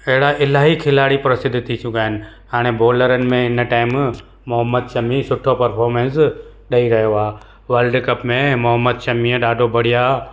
अहिड़ा इलाही खिलाड़ी प्रसिद्ध थी चुका आहिनि हाणे बॉलरनि में हिन टाइम मोहम्मद शमी सुठो परफॉर्मैंस ॾेई रहियो आहे वर्ल्डकप में मोहम्मद शमीअ ॾाढो बढ़िया